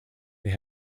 they